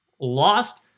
lost